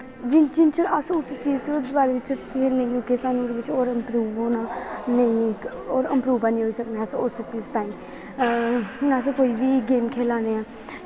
जिन्ने चिर अस उस चीज दे बारे च सानूं ओह्दा इंप्रूव होना नेईं नेईं इक होर इंप्रूव ऐनी होई सकने अस उस चीज ताहीं हून अस कोई बी गेम खेला ने आं